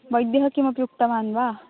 वैद्यः किमपि उक्तवान् वा